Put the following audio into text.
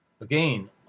Again